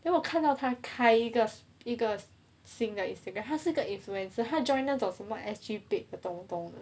then 我看到他开一个一个新新的 instagram 他是个 influence 他 joined 那种什么 S_G page the 东东的